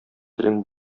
телең